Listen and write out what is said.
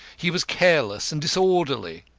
he was careless and disorderly,